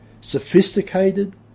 sophisticated